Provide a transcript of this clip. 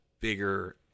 bigger